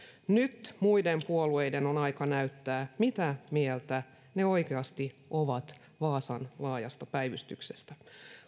nyt muiden puolueiden on aika näyttää mitä mieltä ne oikeasti ovat vaasan laajasta päivystyksestä